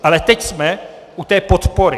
Ale teď jsme u té podpory.